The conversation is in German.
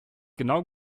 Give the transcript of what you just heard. genau